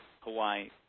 Hawaii